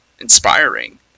inspiring